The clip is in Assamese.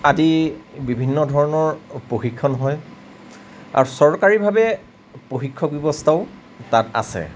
আদি বিভিন্ন ধৰণৰ প্ৰশিক্ষণ হয় আৰু চৰকাৰীভাৱে প্ৰশিক্ষণ ব্যৱস্থাও তাত আছে